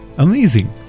Amazing